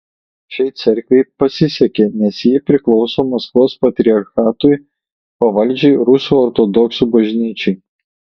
šiai cerkvei pasisekė nes ji priklauso maskvos patriarchatui pavaldžiai rusų ortodoksų bažnyčiai